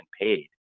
paid